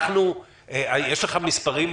יש לך מספרים,